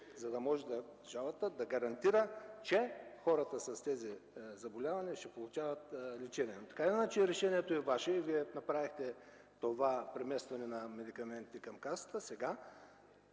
за да може държавата да гарантира, че хората с тези заболявания ще получават лечение. Така или иначе решението е Ваше и Вие направихте това преместване на медикаментите към Касата. Сега